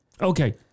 okay